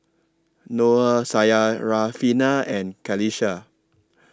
Noah Syarafina and Qalisha